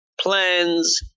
plans